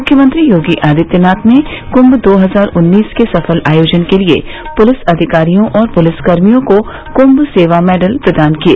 मुख्यमंत्री योगी आदित्यनाथ ने कृम्भ दो हजार उन्नीस के सफल आयोजन के लिए पुलिस अधिकारियों और पुलिसकर्मियों को कम्भ सेवा मेडल प्रदान किए